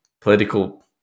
political